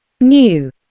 new